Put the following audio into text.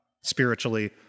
spiritually